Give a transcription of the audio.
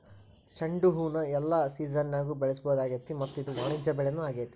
ಚಂಡುಹೂನ ಎಲ್ಲಾ ಸಿಜನ್ಯಾಗು ಬೆಳಿಸಬಹುದಾಗೇತಿ ಮತ್ತ ಇದು ವಾಣಿಜ್ಯ ಬೆಳಿನೂ ಆಗೇತಿ